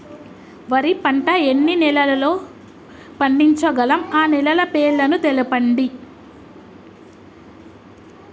వరి పంట ఎన్ని నెలల్లో పండించగలం ఆ నెలల పేర్లను తెలుపండి?